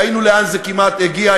ראינו לאן זה כמעט הגיע,